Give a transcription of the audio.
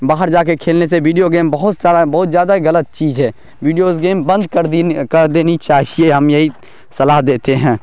باہر جا کے کھیلنے سے ویڈیو گیمس بہت سارا بہت زیادہ غلط چیز ہے ویڈیوز گیمس بند کر کر دینی چاہیے ہم یہی صلاح دیتے ہیں